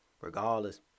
Regardless